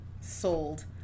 sold